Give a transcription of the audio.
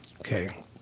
Okay